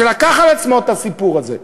שלקח על עצמו את הסיפור הזה.